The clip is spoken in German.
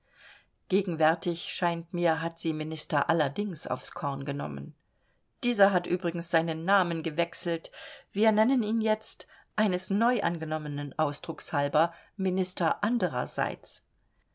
gegenwärtig scheint mir hat sie minister allerdings aufs korn genommen dieser hat übrigens seinen namen gewechselt wir nennen ihn jetzt eines neu angenommenen ausdruckes halber minister andererseits